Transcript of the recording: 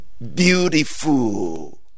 beautiful